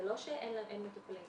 זה לא שאין מטופלים,